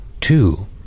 two